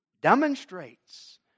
demonstrates